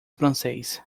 francês